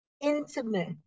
intimate